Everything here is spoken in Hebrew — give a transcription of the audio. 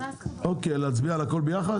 להצביע על הכל ביחד?